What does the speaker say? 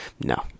no